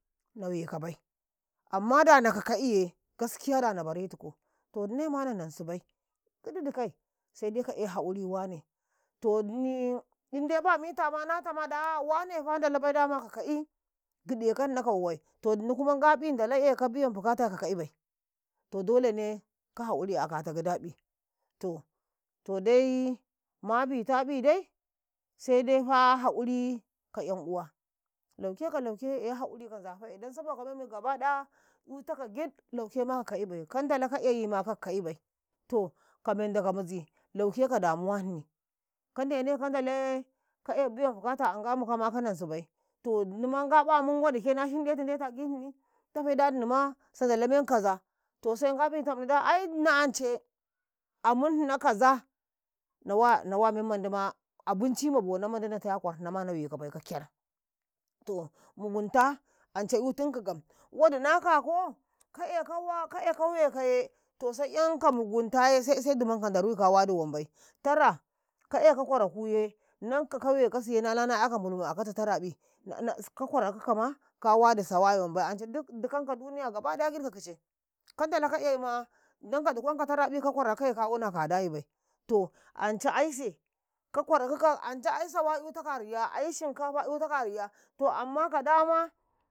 Na wekabai amma da naka ka'iye gaskiya dana baretuku to ndinaima nanan sibai giddikai kaide ka eha'uriwane todini inde ba mitamana tama da wane fa ndalabai dama ka ka'i gide kanna ka wowai to inna kuman gaƃi ndala ekabiyan bukata ka ka'ibai to dolene ka ha'uri a kata gidaƃi to tode maƃitaƃi dai sedefa ha'uri ka 'yan uwa lawke ka kuke e ha'uri kanzafa'e don saboka menyi kadaya eutakau giɗ kukema ka'kai'ibai kandala ka eyyima kak ka'ibai to ka mendo ka mizilauke ka damuwani kandene kan dalaye ka e biyan bukata anga mukama ka nansibai to dini ma ngaban mun wadike nashinɗetu ndetu a gihini ɗafe da innima sandalamen kaza to sen ngaƃi tamni nda aidina ance amunhina kaza nawa mummandima abinci mabonau ma na wekabai ka kyar to mugunta ance eutinki gam wodi nakako ka ekawa ka eka wekaye to se 'yanka muguntaye se dimanka ndaru ka wadi wambai tara ka eka kwarakuye nanka ka we kasiye nala na'yaka mbulmu akata taraƃi ka kwara kukama ka wadi sawayi wambai ance duk dukan ka duniya gaba ɗaya giɗ ka kice kandala ka eyma ndanka dukwanka taraƃi ka kwarakukaye ka wuna kadayibai to anca aise ka kwara kukau ance ai sawa eutakau a riya ai shinkafa eutakau a riya to amma ka dama.